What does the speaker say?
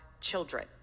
children